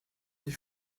les